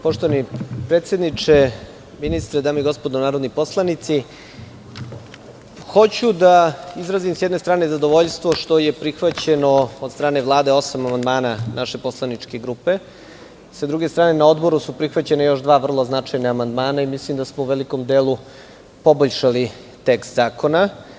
Poštovani predsedniče, dame i gospodo narodni poslanici, hoću da izrazim sa jedne strane zadovoljstvo što je prihvaćeno od strane Vlade osam amandmana naše poslaničke grupe i sa druge strane, na Odboru su prihvaćena još dva vrlo značajna amandmana i mislim da smo u velikom delu poboljšali tekst zakona.